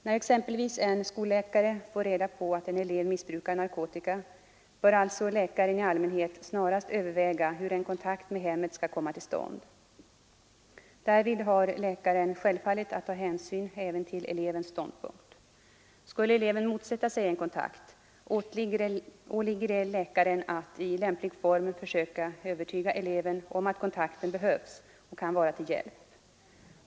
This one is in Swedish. När exempelvis en skolläkare får reda på att en elev missbrukar narkotika, bör alltså läkaren i allmänhet snarast överväga hur en kontakt med hemmet skall komma till stånd. Därvid har läkaren självfallet att ta hänsyn även till elevens ståndpunkt. Skulle eleven motsätta sig en kontakt, åligger det läkaren att i lämplig form försöka övertyga eleven om att kontakten behövs och kan vara till hjälp.